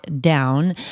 down